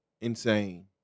insane